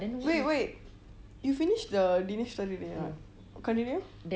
wait wait you finish the dinesh story already ah continue